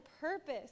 purpose